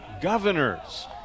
governors